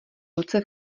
ruce